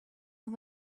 and